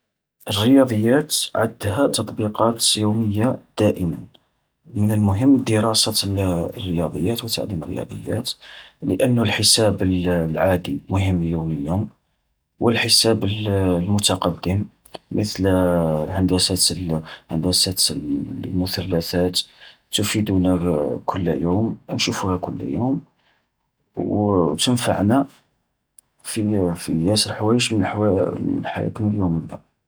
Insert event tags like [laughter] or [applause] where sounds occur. الرياضيات عدها تطبيقات يومية دائما، من المهم دراسة [hesitation] الرياضيات وتعلم الرياضيات، لأن الحساب [hesitation] العادي مهم يوميا، والحساب المتقدم مثل [hesitation] هندسة [hesitation] هندسة [hesitation] المثلثات تفيدنا [hesitation] كل يوم نشوفها كل يوم. [hesitation] وتنفعنا في في ياسر حوايج من [hesitation] ح-حياتنا اليومية.